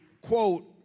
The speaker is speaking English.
quote